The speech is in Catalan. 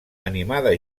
animada